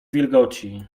wilgoci